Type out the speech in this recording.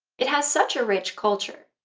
it has such a rich culture,